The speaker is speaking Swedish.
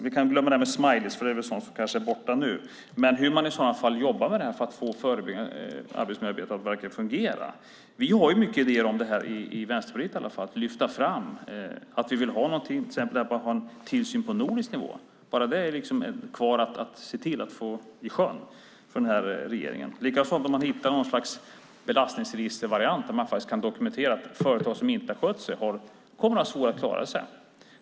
Vi kan glömma smileys, för det är väl borta nu, men hur ska man jobba för att få förebyggande arbetsmiljöarbete att fungera? I Vänsterpartiet har vi många idéer om detta. Vi vill till exempel ha en tillsyn på nordisk nivå. Det är kvar för regeringen att få i sjön. Likaså kan man skapa något slags belastningsregister där företag som inte har skött sig hamnar. Då får de svårt att klara sig.